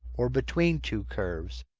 or between two curves.